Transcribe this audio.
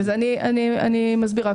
אני מסבירה.